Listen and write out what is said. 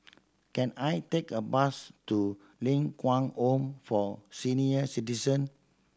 can I take a bus to Ling Kwang Home for Senior Citizen